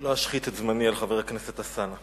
לא אשחית את זמני על חבר הכנסת אלסאנע.